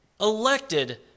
elected